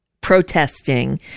protesting